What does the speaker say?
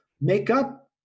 Make-up